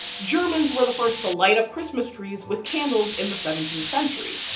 germans were the first to light up christmas trees with candles in the seventeenth century.